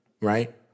right